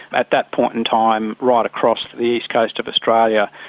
at that point in time right across the east coast of australia,